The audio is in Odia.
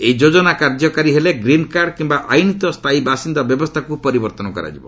ଏହି ଯୋଜନା କାର୍ଯ୍ୟକାରୀ ହେଲେ ଗ୍ରୀନ୍ କାର୍ଡ଼ କିୟା ଆଇନତଃ ସ୍ଥାୟୀ ବାସିନ୍ଦା ବ୍ୟବସ୍ଥାକୁ ପରିବର୍ଭନ କରାଯିବ